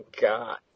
God